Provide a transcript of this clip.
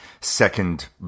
second